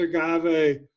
agave